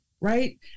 right